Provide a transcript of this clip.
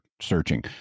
searching